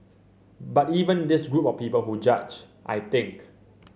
but even this group of people who judge I think